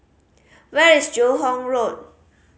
where is Joo Hong Road